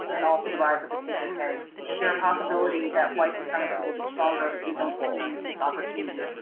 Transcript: and also the rise of the kkk. is there a possibility that white supremacy will get stronger if we don't seize this opportunity?